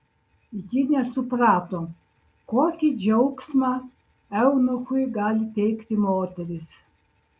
ji nesuprato kokį džiaugsmą eunuchui gali teikti moterys